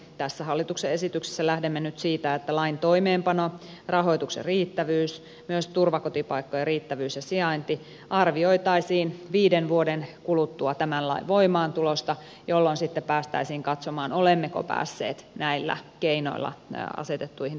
tässä hallituksen esityksessä lähdemme nyt siitä että lain toimeenpano rahoituksen riittävyys myös turvakotipaikkojen riittävyys ja sijainti arvioitaisiin viiden vuoden kuluttua tämän lain voimaantulosta jolloin sitten päästäisiin katsomaan olemmeko päässeet näillä keinoilla asetettuihin tavoitteisiin